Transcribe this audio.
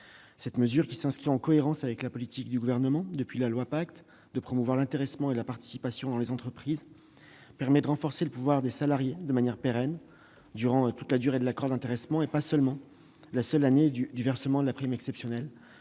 Cette mesure, qui s'inscrit en cohérence avec la politique du Gouvernement- notamment depuis la loi Pacte -de promouvoir l'intéressement et la participation dans les entreprises, permet de renforcer le pouvoir des salariés de manière pérenne durant toute la durée de l'accord d'intéressement et pas uniquement pour la seule année du versement de la prime exceptionnelle.